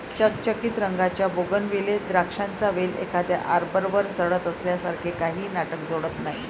चकचकीत रंगाच्या बोगनविले द्राक्षांचा वेल एखाद्या आर्बरवर चढत असल्यासारखे काहीही नाटक जोडत नाही